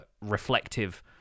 reflective